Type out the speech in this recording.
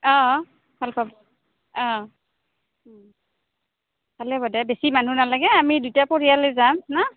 অঁ ভাল পাব অঁ ভালে হ'ব দে বেছি মানুহ নালাগে আমি দুইটা পৰিয়ালে যাম নো